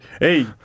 hey